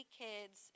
kids